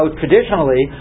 traditionally